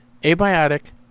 abiotic